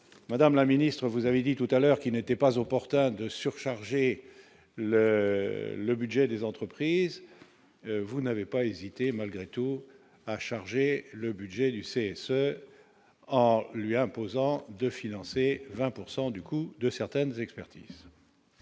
madame la ministre, vous avez dit tout à l'heure qui n'était pas au port. Tadeusz surcharger le le budget des entreprises vous n'avait pas hésité malgré tout à charger le budget en lui imposant de financer 20 pourcent du coût de certaines expertises.